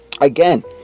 Again